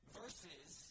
versus